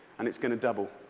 and it's going to double.